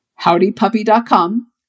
Howdypuppy.com